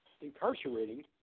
incarcerating